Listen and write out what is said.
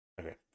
okay